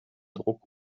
druck